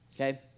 Okay